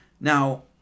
Now